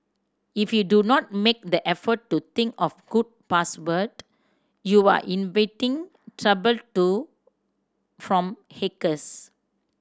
if you do not make the effort to think of good password you are inviting trouble through from hackers